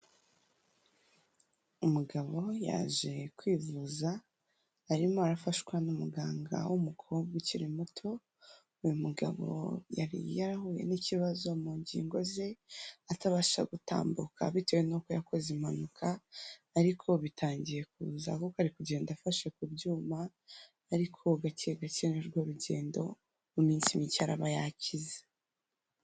Umugabo yaje kwivuza arimo arafashwa n'umuganga w'umukobwa ukiri muto, uyu mugabo yari yarahuye n'ikibazo mu ngingo ze atabasha gutambuka bitewe n'uko yakoze impanuka, ariko bitangiye kuza ahubwo ari kugenda afashe ku byuma ariko gake gake ni rwo rugendo mu minsi mike araba yakize.